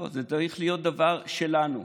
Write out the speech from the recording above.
לא, זה צריך להיות דבר שלנו.